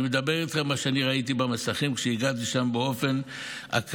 ואני מדבר איתכם על מה שאני ראיתי במסכים כשהגעתי לשם באופן אקראי,